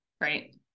right